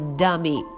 dummy